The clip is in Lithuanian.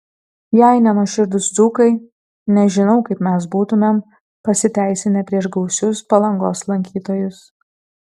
jei ne nuoširdūs dzūkai nežinau kaip mes būtumėm pasiteisinę prieš gausius palangos lankytojus